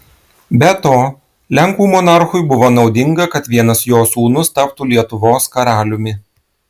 be to lenkų monarchui buvo naudinga kad vienas jo sūnus taptų lietuvos karaliumi